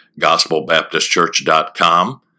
gospelbaptistchurch.com